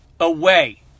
away